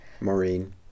Maureen